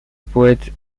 poète